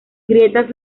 grietas